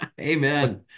Amen